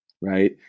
right